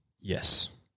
Yes